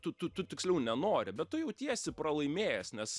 tu tu tu tiksliau nenori bet tu jautiesi pralaimėjęs nes